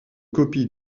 copie